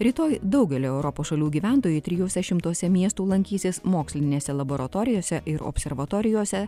rytoj daugelio europos šalių gyventojai trijuose šimtuose miestų lankysis mokslinėse laboratorijose ir observatorijose